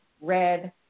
red